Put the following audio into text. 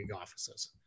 offices